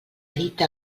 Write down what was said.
dita